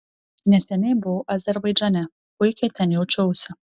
neseniai buvau azerbaidžane puikiai ten jaučiausi